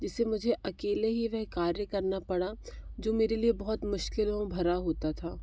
जिस से मुझे अकेले ही वह कार्य करना पड़ा जो मेरे लिए जो मेरे लिए बहुत मुश्किलों भरा होता था